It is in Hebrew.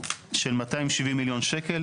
ל-270 מיליון שקלים.